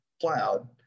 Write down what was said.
Cloud